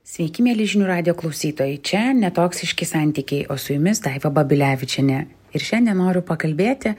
sveiki mieli žinių radijo klausytojai čia netoksiški santykiai o su jumis daiva babilevičienė ir šiandien noriu pakalbėti